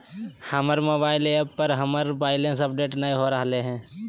हमर mobile app पर हमर बैलेंस अपडेट नय हो रहलय हें